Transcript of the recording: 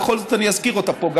ובכל זאת אני אזכיר אותה פה,